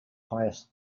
highest